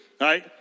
Right